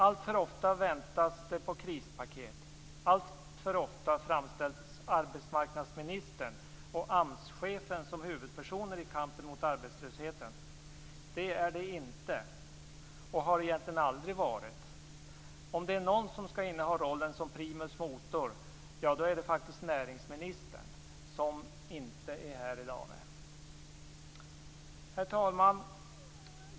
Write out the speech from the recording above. Alltför ofta väntas det på krispaket. Alltför ofta framställs arbetsmarknadsministern och AMS-chefen som huvudpersonerna i kampen mot arbetslösheten. Det är de inte - och har egentligen aldrig varit! Om det är någon som skall inneha rollen som primus motor är det faktiskt näringsministern, som inte är här i dag. Herr talman!